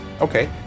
Okay